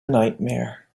nightmare